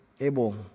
able